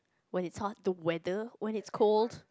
when it's hot the weather when it's cold